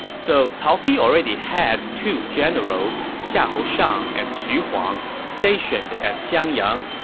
so cao pi already had two generals, xiahou shang and xu huang, stationed at xiangyang,